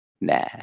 Nah